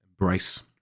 embrace